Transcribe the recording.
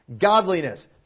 godliness